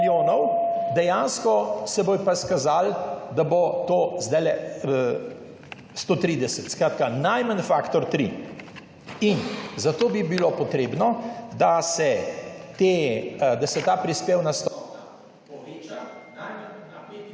dejansko se bo pa izkazalo, da bo to zdaj 130. Skratka, najmanj faktor 3. Zato bi bilo treba, da se ta prispevna stopnja poveča najmanj na 55